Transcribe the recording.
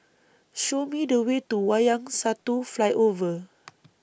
Show Me The Way to Wayang Satu Flyover